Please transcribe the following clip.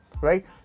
right